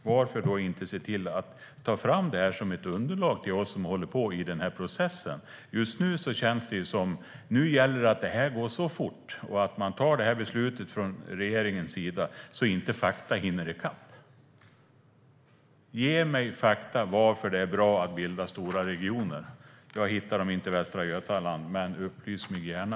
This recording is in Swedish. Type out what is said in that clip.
Varför inte ta fram detta som ett underlag till oss som håller på i den här processen? Just nu känns det som om man är angelägen om att detta ska gå fort när man tar beslutet från regeringens sida, så att inte fakta ska hinna i kapp. Ge mig fakta: Varför är det bra att bilda stora regioner? Jag hittar inte detta i Västra Götaland, men upplys mig gärna!